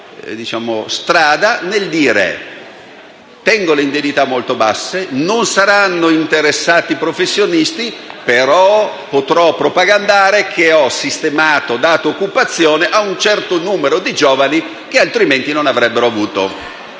logica del dire: tengo le indennità molto basse, non saranno interessati i professionisti, però potrò propagandare che ho sistemato e dato occupazione a un certo numero di giovani, che altrimenti non avrebbero avuto